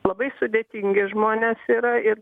labai sudėtingi žmonės yra ir